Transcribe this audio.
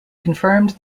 confirmed